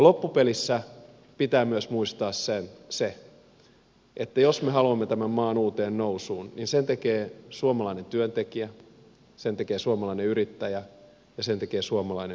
loppupelissä pitää myös muistaa se että jos me haluamme tämän maan uuteen nousuun sen tekee suomalainen työntekijä sen tekee suomalainen yrittäjä ja sen tekee suomalainen yritys